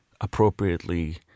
appropriately